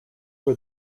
were